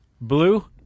Blue